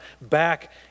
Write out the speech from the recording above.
back